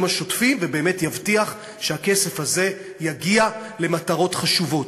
השוטפים ובאמת יבטיח שהכסף הזה יגיע למטרות חשובות.